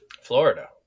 Florida